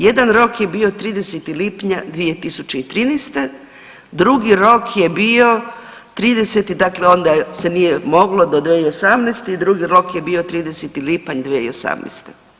Jedan rok je bio 30. lipnja 2013., drugi rok je bio 30., dakle onda se nije moglo do 2018. i drugi rok je bio 30. lipanj 2018.